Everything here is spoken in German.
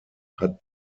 hat